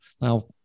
Now